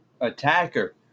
attacker